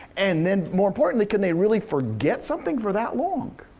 and then more importantly, can they really forget something for that long?